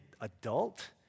adult